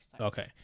okay